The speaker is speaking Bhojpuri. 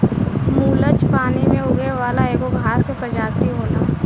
मुलच पानी में उगे वाला एगो घास के प्रजाति होला